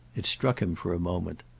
it struck him for a moment.